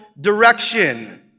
direction